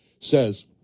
says